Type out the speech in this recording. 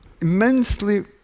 immensely